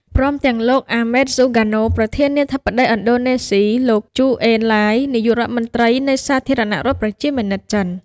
ព្រមទាំង លោក អាម៉េត ស៊ូការណូ ប្រធានាធិបតីឥណ្ឌូណេស៊ី លោក ជូ អេនឡាយ នាយករដ្ឋមន្រ្តីនៃសាធារណរដ្ឋប្រជាមានិតចិន។